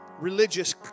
religious